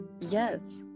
Yes